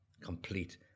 Complete